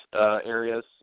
areas